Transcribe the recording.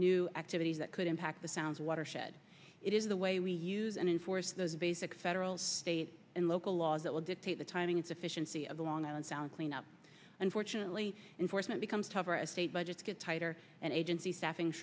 new activities that could impact the sounds watershed it is the way we use and enforce those basic federal state and local laws that will dictate the timing insufficiency of long island sound clean up unfortunately enforcement becomes tougher a state budgets get tighter and agency staffing